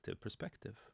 perspective